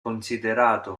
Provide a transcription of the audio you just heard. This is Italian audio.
considerato